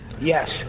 yes